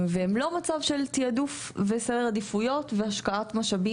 והם לא מצב של תיעדוף וסדר עדיפויות והשקעת משאבים